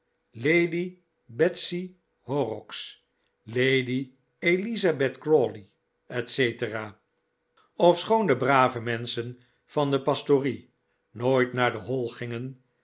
lady betsy horrocks lady elizabeth crawley etc ofschoon de brave menschen van de pastorie nooit naar de hall gingen